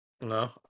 No